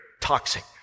toxic